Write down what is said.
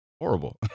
horrible